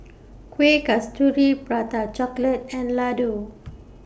Kuih Kasturi Prata Chocolate and Laddu